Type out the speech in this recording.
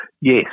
Yes